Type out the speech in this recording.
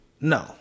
No